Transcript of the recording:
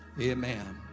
Amen